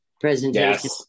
presentation